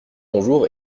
bonjour